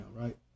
right